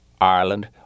Ireland